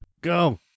Go